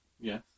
Yes